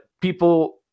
people